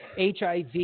HIV